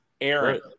Aaron